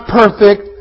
perfect